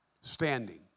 Standing